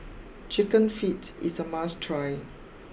Chicken Feet is a must try